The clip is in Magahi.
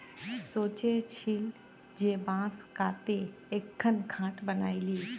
सोचे छिल जे बांस काते एकखन खाट बनइ ली